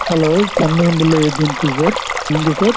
hello Annamalai agency sir நீங்கள் sir